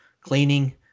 cleaning